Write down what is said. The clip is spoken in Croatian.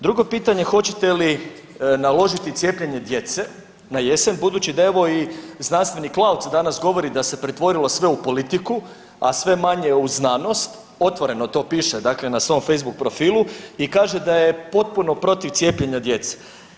Drugo pitanje je hoćete li naložiti cijepljenje djece na jesen, budući da evo i znanstvenik Lauc danas govori da se pretvorilo sve u politiku, a sve manje u znanost, otvoreno to piše na svom facebook profilu i kaže da je potpuno protiv cijepljenja djece?